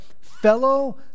fellow